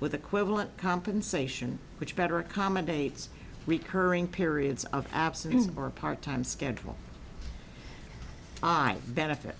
with equivalent compensation which better accommodates recurring periods of absence or a part time schedule i benefit